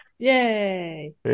Yay